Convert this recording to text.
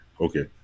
Okay